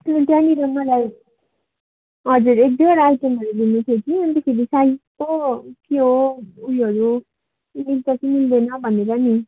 किनकि त्यहाँनेर मलाई हजुर एक दुइवटा आइटमहरू लिनु थियो कि अन्तखेरि साइज पो के हो उयोहरू मिल्छ कि मिल्दैन भनेर नि